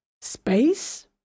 space